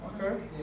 Okay